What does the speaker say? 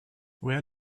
where